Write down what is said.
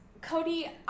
cody